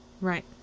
Right